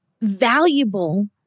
valuable